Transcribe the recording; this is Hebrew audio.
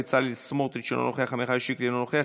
בצלאל סמוטריץ' אינו נוכח,